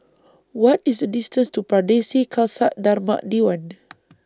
What IS The distance to Pardesi Khalsa Dharmak Diwan